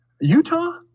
Utah